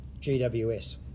GWS